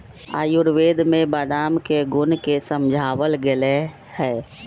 आयुर्वेद में बादाम के गुण के समझावल गैले है